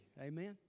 Amen